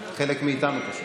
הם חלק מאיתנו, פשוט.